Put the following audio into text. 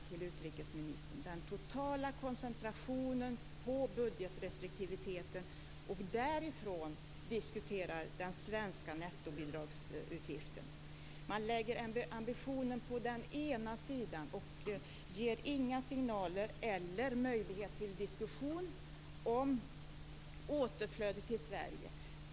Det gäller den totala koncentrationen på budgetrestriktiviteten för att utifrån denna diskutera den svenska nettobidragsutgiften. Man lägger ju ambitionen på den ena sidan och ger inga signaler eller möjligheter till en diskussion om återflödet till Sverige.